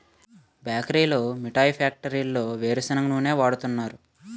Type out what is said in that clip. బేకరీల్లో మిఠాయి ఫ్యాక్టరీల్లో వేరుసెనగ నూనె వాడుతున్నారు